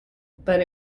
but